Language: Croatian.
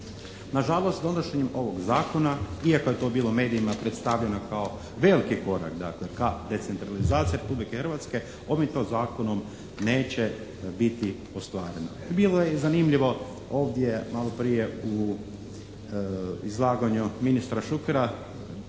Nažalost, donošenjem ovog Zakona iako je to bilo u medijima predstavljeno kao veliki korak, dakle, ka decentralizaciji Republike Hrvatske ovim to Zakonom neće biti ostvareno. Bilo je i zanimljivo ovdje maloprije u izlaganju ministra Šukera,